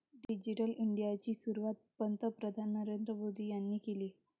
digital इंडियाची सुरुवात पंतप्रधान नरेंद्र मोदी यांनी केली